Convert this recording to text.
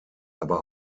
aber